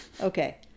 Okay